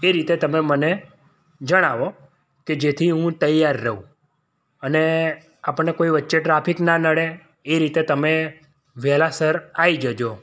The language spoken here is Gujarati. એ રીતે તમે મને જણાવો કે જેથી હું તૈયાર રહું અને આપણને કોઈ વચ્ચે ટ્રાફિક ના નડે એ રીતે તમે વહેલાસર આવી જજો